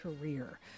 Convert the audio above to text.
career